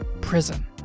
prison